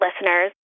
listeners